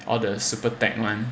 all the super tech [one]